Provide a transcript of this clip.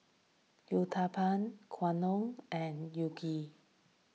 Uthapam Gyudon and Unagi